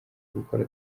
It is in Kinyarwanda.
gukora